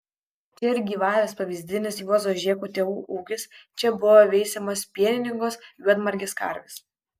čia ir gyvavęs pavyzdinis juozo žėko tėvų ūkis čia buvo veisiamos pieningos juodmargės karvės